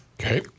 Okay